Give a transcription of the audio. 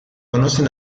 conocen